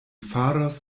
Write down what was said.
faros